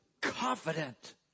confident